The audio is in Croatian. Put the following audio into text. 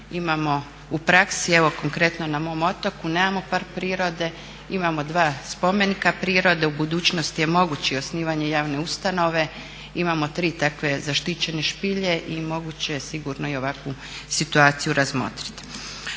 imamo u praksi, evo i konkretno na mom otoku, nemamo park prirode, imamo dva spomenika prirode, u budućnosti je moguće i osnivanje javne ustanove. Imamo tri takve zaštićene špilje i moguće je sigurno i ovakvu situaciju razmotriti.